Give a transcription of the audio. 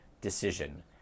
decision